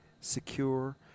secure